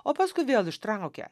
o paskui vėl ištraukia